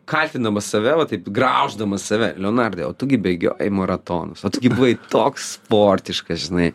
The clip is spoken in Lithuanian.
kaltindamas save va taip grauždamas save leonardai o tu gi bėgioji maratonus o tu buvai toks sportiškas žinai